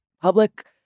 Public